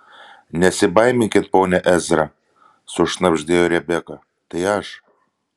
nesibaiminkit pone ezra sušnabždėjo rebeka tai aš